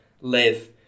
live